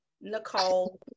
Nicole